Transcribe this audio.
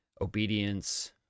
obedience